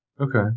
okay